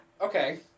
Okay